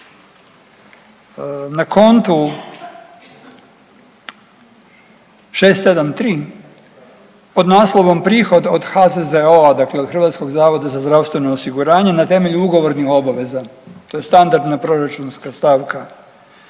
na kontu 6.7.3. pod naslovom Prihod od HZZO-a, dakle od Hrvatskog zavoda za zdravstveno osiguranje na temelju ugovornih obveza, to je standardna proračunska stavka.